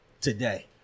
today